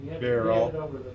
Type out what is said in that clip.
barrel